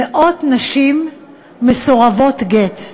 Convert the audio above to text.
מאות נשים מסורבות גט,